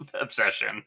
obsession